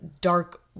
dark